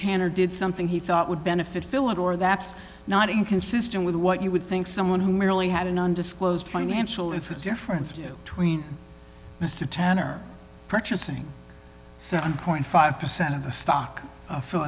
tanner did something he thought would benefit phil and or that's not inconsistent with what you would think someone who merely had an undisclosed financial if it's difference do tween mr tanner purchasing seven point five percent of the stock